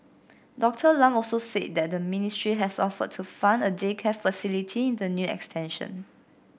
Doctor Lam also said that the ministry has offered to fund a daycare facility in the new extension